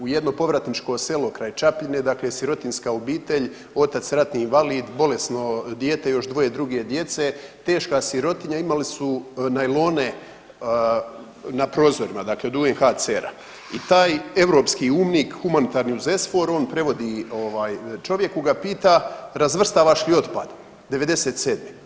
U jedno povratničko selo kraj Čapljine dakle sirotinjska obitelj, otac ratni invalid, bolesno dijete, još dvoje druge djece, teška sirotinja, imali su najlone na prozorima, dakle od UNHCR-a i taj europski umnik humanitarni uz SFOR on prevodi ovaj čovjeku ga pita razvrstavaš li otpad '97.